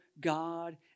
God